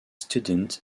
student